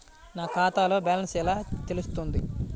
నా ఖాతాలో బ్యాలెన్స్ ఎలా తెలుస్తుంది?